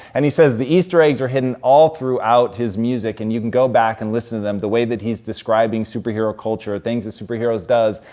and he says the easter eggs are hidden all throughout his music and you can go back and listen to them the way that he's describing super hero culture, things that super heroes does.